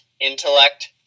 Intellect